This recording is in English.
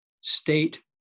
state